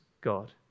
God